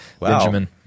Benjamin